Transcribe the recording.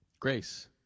grace